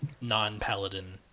non-paladin